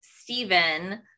Stephen